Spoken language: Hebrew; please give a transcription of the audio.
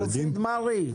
רגע, מופיד מרעי,